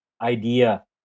idea